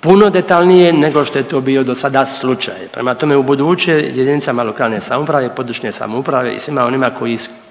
puno detaljnije nego što je to bio do sada slučaj. Prema tome, u buduće jedinicama lokalne samouprave i područne samouprave i svima onima koji na